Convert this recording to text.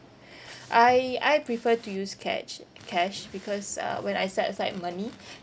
I I prefer to use cash cash because uh when I set aside money